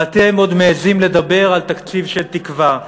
ואתם עוד מעזים לדבר על תקציב של תקווה.